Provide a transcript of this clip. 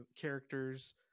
characters